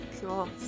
Cool